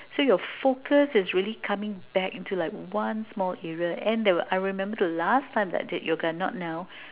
so your focus is really coming back into like one small area and there were I remember the last time I did yoga not now